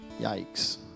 Yikes